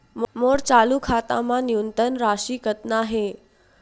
मोर चालू खाता मा न्यूनतम राशि कतना हे?